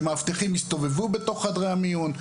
שמאבטחים יסתובבו בחדרי המיון,